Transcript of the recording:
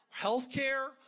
healthcare